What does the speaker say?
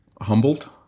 humbled